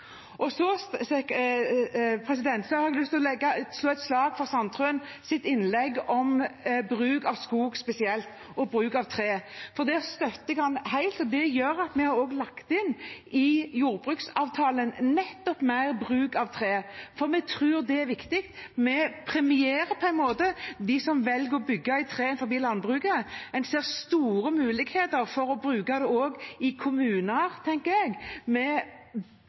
var så viktig. Så har jeg lyst til å slå et slag for Sandtrøens innlegg om bruk av skog spesielt, og bruk av tre. Der støtter jeg ham helt. Det gjør at vi også har lagt inn i jordbruksavtalen nettopp mer bruk av tre, fordi vi tror det er viktig. Vi premierer på en måte dem som velger å bygge i tre innenfor landbruket. En ser store muligheter for å bruke det også i kommuner, tenker jeg,